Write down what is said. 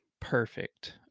perfect